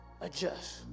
Adjust